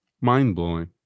mind-blowing